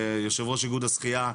ויושב ראש איגוד השחייה.